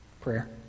Prayer